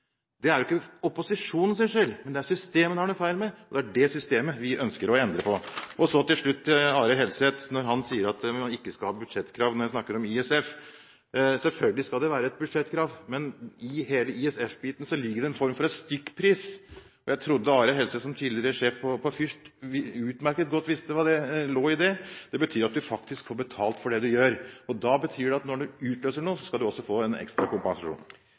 Det er ikke opposisjonens skyld, det er systemet det er noe feil med, og det er det systemet vi ønsker å endre på. Så til slutt til Are Helseth, som sier at det ikke skal være budsjettkrav når jeg snakker om ISF. Selvfølgelig skal det være budsjettkrav. Men i hele ISF-biten ligger det en form for stykkpris. Jeg trodde Are Helseth som tidligere sjef på Fürst utmerket godt visste hva som lå i det. Det betyr at du faktisk får betalt for det du gjør. Da betyr det at når du utløser noe, skal du også få en ekstra kompensasjon.